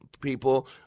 people